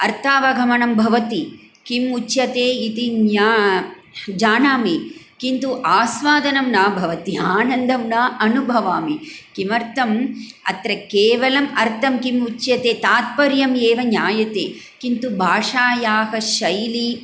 अर्थावगमनं भवति किम् उच्यते इति ज्ञा जानामि किन्तु आस्वादनं न भवति आनन्दं न अनुभवामि किमर्थम् अत्र केवलम् अर्थं किम् उच्यते तात्पर्यम् एव ज्ञायते किन्तु भाषायाः शैली